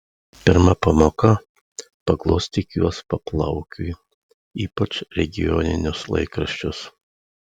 pirma pamoka paglostyk juos paplaukiui ypač regioninius laikraščius